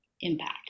impact